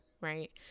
Right